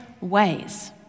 ways